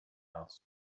house